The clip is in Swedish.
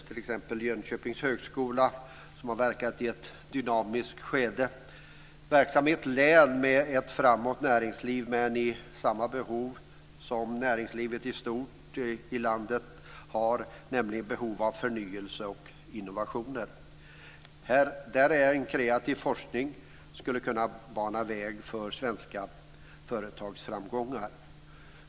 T.ex. Jönköpings högskola har verkat i ett dynamiskt skede. Den är verksam i ett län med ett näringsliv som är mycket framåt men som har samma behov som näringslivet i stort i landet, nämligen behov av förnyelse och innovationer. Där skulle en kreativ forskning kunna bana väg för svenska företagsframgångar.